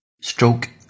stroke